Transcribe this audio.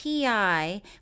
PI